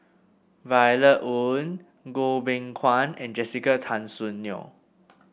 Violet Oon Goh Beng Kwan and Jessica Tan Soon Neo